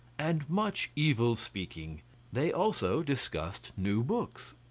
and much evil speaking they also discussed new books.